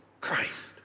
Christ